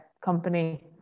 company